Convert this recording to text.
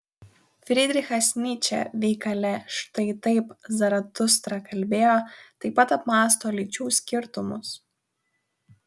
frydrichas nyčė veikale štai taip zaratustra kalbėjo taip pat apmąsto lyčių skirtumus